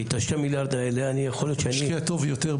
כי את השני מיליארד האלה יכול להיות שהייתי יכול להשקיע טוב יותר.